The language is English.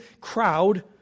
crowd